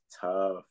tough